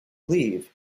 leave